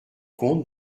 compte